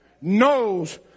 knows